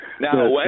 Now